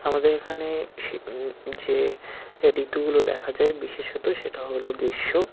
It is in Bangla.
আমাদের এখানে সে যে ঋতুগুলো দেখা যায় বিশেষত সেটা হলো গ্রীষ্ম